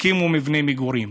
הקימו מבני מגורים.